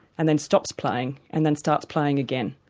and then stops playing and then starts playing again.